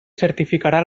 certificarà